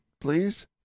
please